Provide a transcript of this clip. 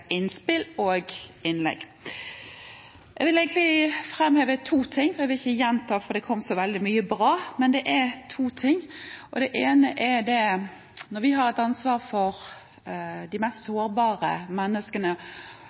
innspill og innlegg. Jeg vil egentlig framheve to ting – jeg vil ikke gjenta, for det kom så veldig mye bra – men det er to ting. Det ene gjelder det ansvaret vi har for de mest sårbare menneskene.